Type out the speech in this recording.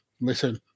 listen